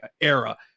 era